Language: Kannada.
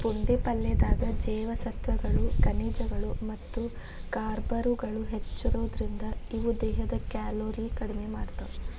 ಪುಂಡಿ ಪಲ್ಲೆದಾಗ ಜೇವಸತ್ವಗಳು, ಖನಿಜಗಳು ಮತ್ತ ಕಾರ್ಬ್ಗಳು ಹೆಚ್ಚಿರೋದ್ರಿಂದ, ಇವು ದೇಹದ ಕ್ಯಾಲೋರಿ ಕಡಿಮಿ ಮಾಡ್ತಾವ